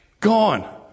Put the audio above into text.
Gone